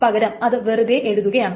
പകരം അത് വെറുതെ എഴുതുകയാണ്